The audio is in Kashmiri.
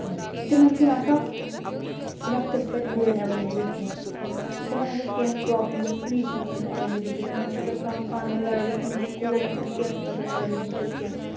تمَن چھِنہٕ آسان وقتَس پؠٹھ گٲڑۍ ایویلیبٕل کینٛہہ تِمَن اگر کینٛہہ پرابلِم گژھِ پٕلیٖس چھُنہٕ آسان تَتہِ ایویلیبٕل کینٛہہ تِمَن چھِ اگر کانٛہہ پانہٕ ؤنۍ لَڑٲے گژھِ تِمَن چھُنہٕ کوٹ آسان کیس خٲطرٕ ایویلیبٕل تَتہِ کینٛہہ